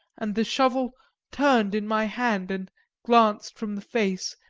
and the shovel turned in my hand and glanced from the face,